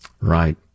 Right